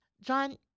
John